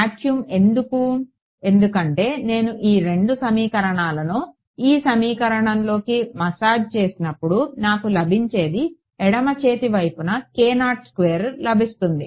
vacuum ఎందుకు ఎందుకంటే నేను ఈ రెండు సమీకరణాలను ఈ సమీకరణంలోకి మసాజ్ చేసినప్పుడు నాకు లభించేది ఎడమ చేతి వైపున k02 స్క్వేర్ లభిస్తుంది